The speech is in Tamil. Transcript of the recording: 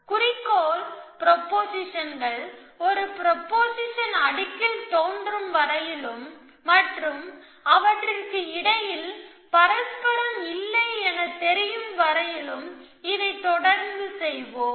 குறிக்கோள் ப்ரொபொசிஷன்கள் ஒரு ப்ரொபொசிஷன் அடுக்கில் தோன்றும் வரையிலும் மற்றும் அவற்றிற்கு இடையில் பரஸ்பரம் இல்லை எனத் தெரியும் வரையிலும் இதை தொடர்ந்து செய்வோம்